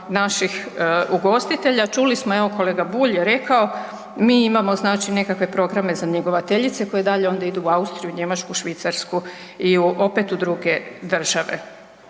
naših ugostitelja. Čuli smo evo kolega Bulj je rekao, mi imamo nekakve programe za njegovateljice koje dalje onda idu u Austriju, Njemačku, Švicarsku i opet u druge države.